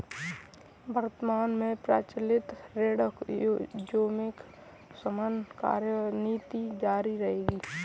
वर्तमान में प्रचलित ऋण जोखिम शमन कार्यनीति जारी रहेगी